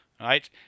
right